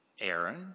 Aaron